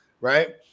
Right